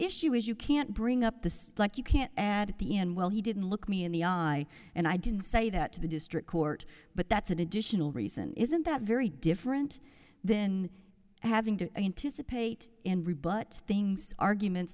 issue is you can't bring up the stock you can't add and well he didn't look me in the eye and i didn't say that to the district court but that's an additional reason isn't that very different then having to anticipate and rebut things arguments